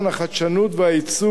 החדשנות והייצוא,